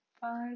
five